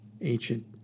ancient